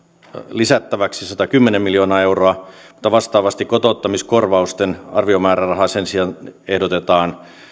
lisättäväksi satakymmentä miljoonaa euroa mutta vastaavasti kotouttamiskorvausten arviomäärärahaa sen sijaan ehdotetaan